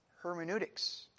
hermeneutics